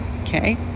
okay